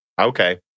okay